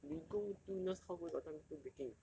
you go do nurse how where got time do baking